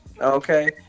Okay